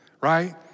right